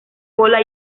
cola